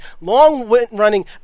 long-running